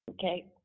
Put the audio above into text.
Okay